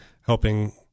helping